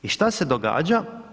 I šta se događa?